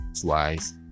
twice